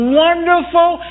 wonderful